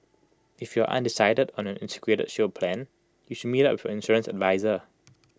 if you are undecided on an integrated shield plan you should meet up your insurance adviser